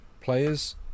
players